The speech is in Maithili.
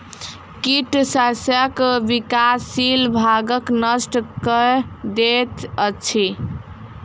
कीट शस्यक विकासशील भागक नष्ट कय दैत अछि